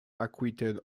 acquitted